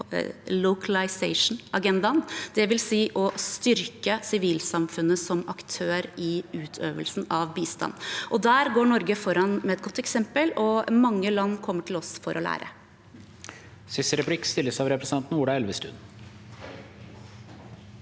å styrke sivilsamfunnet som aktør i utøvelsen av bistand. Der går Norge foran som et godt eksempel, og mange land kommer til oss for å lære.